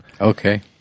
Okay